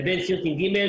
לבין סירקין ג'.